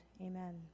Amen